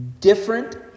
different